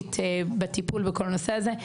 המשפטית בטיפול בכל הנושא הזה,